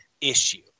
issue